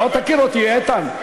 אתה עוד תכיר אותי, איתן.